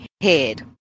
head